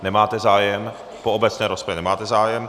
Nemáte zájem, po obecné rozpravě nemáte zájem.